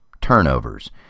turnovers